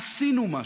עשינו משהו.